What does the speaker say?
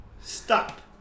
Stop